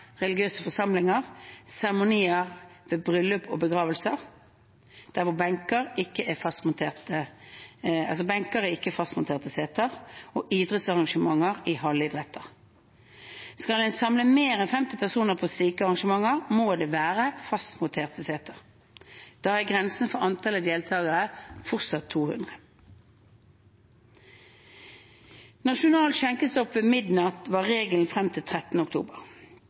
religiøse forsamlinger, seremonier ved bryllup og begravelser der det ikke er fastmonterte seter – benker er ikke fastmonterte seter – og på idrettsarrangementer i hallidretter. Skal en samle mer enn 50 personer på slike arrangementer, må det være fastmonterte seter. Da er grensen for antall deltakere fortsatt 200. Nasjonal skjenkestopp ved midnatt var regelen frem til 13. oktober.